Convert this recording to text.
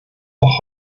auch